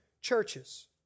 churches